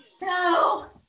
No